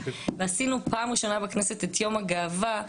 ועשינו פעם ראשונה בכנסת את יום הגאווה,